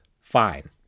fine